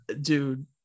Dude